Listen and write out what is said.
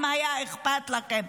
אם היה אכפת לכם.